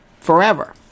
forever